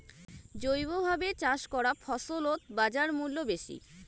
জৈবভাবে চাষ করা ফছলত বাজারমূল্য বেশি